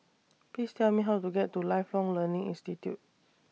Please Tell Me How to get to Lifelong Learning Institute